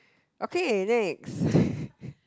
okay next